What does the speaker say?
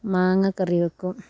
മാങ്ങ കറി വെക്കും